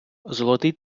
золотий